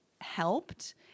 helped